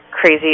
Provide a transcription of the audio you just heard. crazy